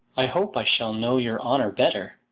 i hope i shall know your honour better.